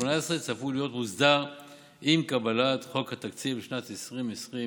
צפוי להיות מוסדר עם קבלת חוק התקציב לשנת 2020,